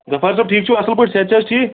غَفار صٲب ٹھیٖک چھُو اَصٕل پٲٹھۍ صحت چھےٚ حظ ٹھیٖک